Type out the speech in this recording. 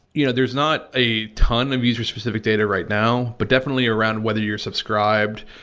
you know, there is not a ton of user specific data right now but definitely around whether you're subscribed,